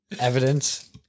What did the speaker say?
evidence